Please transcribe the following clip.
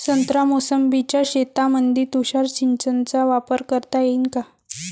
संत्रा मोसंबीच्या शेतामंदी तुषार सिंचनचा वापर करता येईन का?